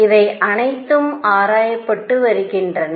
இவை அனைத்தும் ஆராயப்பட்டு வருகின்றன